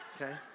okay